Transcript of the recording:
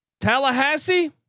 Tallahassee